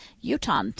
Utah